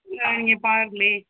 நீங்கள் பாருங்களேன்